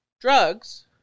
drugs